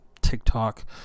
TikTok